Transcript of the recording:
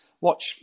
watch